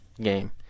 game